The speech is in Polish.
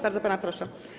Bardzo pana proszę.